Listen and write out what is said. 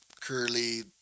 curly